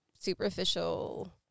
superficial